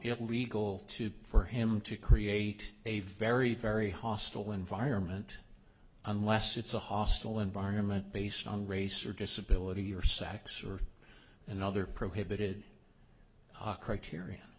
illegal to for him to create a very very hostile environment unless it's a hostile environment based on race or disability or sex or another prohibited criteria